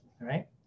right